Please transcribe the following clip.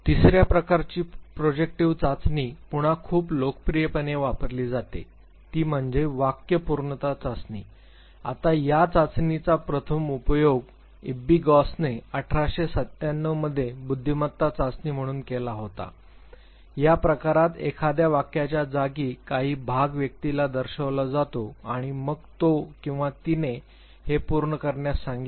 तिसर्या प्रकारची प्रोजेक्टिव्ह चाचणी पुन्हा खूप लोकप्रियपणे वापरली जाते ती म्हणजे वाक्य पूर्णता चाचणी आता या चाचणीचा प्रथम उपयोग एब्बिगॉसने अठराशे सत्यानव मध्ये बुद्धिमत्ता चाचणी म्हणून केला होता या प्रकरणात एखाद्या वाक्याचा काही भाग व्यक्तीला दर्शविला जातो आणि मग तो किंवा तिने हे पूर्ण करण्यास सांगितले